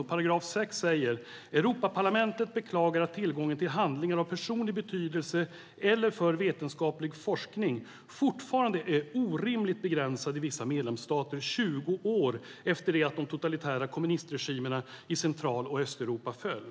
I § 6 sägs: "Europaparlamentet beklagar att tillgången till handlingar av personlig betydelse eller för vetenskaplig forskning fortfarande är orimligt begränsad i vissa medlemsstater 20 år efter det att de totalitära kommunistregimerna i Central och Östeuropa föll.